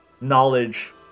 knowledge